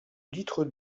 litres